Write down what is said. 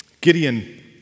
Gideon